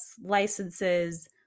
licenses